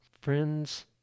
friends